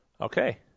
Okay